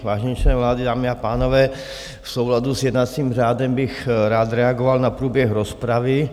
Vážení členové vlády, dámy a pánové, v souladu s jednacím řádem bych rád reagoval na průběh rozpravy.